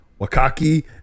Wakaki